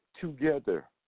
together